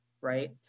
right